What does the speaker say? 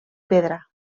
pedra